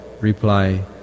reply